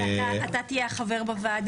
את רואה?